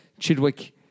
Chidwick